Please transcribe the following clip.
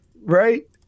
right